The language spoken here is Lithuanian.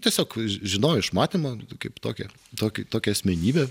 tiesiog žinojau iš matymo kaip tokią tokį tokią asmenybę